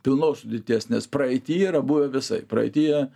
pilnos sudėties nes praeityje yra buvę visaip praeityje